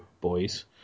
boys